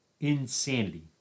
Insanity